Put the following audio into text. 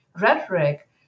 rhetoric